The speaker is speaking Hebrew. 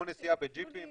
כמו נסיעה בג'יפים,